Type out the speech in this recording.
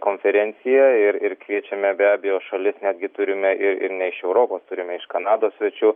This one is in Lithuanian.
konferencija ir ir kviečiame be abejo šalis netgi turime ir ir ne iš europos turime iš kanados svečių